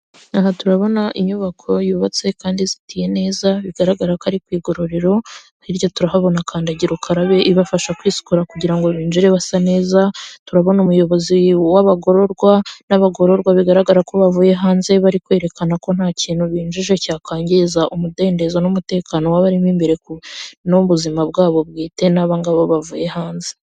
Aha turabona inyubako yubatse kandi zitiye neza bigaragara ko ari ku igororero, hirya turahabona kandagira ukarabe ibafasha kwisukura kugira ngo binjire basa neza, turabona umuyobozi w'abagororwa n'abagororwa bigaragara ko bavuye hanze bari kwerekana ko nta kintu binjije cyakwangiza umudendezo n'umutekano w'abarimo imbere n'ubuzima bwabo bwite n'abangaba bavuye hanze.